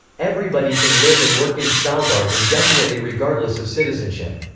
everybody can live and work in svalbard indefinitely regardless of citizenship.